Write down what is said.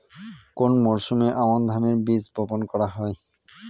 কোন মরশুমে আমন ধানের বীজ বপন করা হয়?